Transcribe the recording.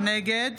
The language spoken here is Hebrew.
נגד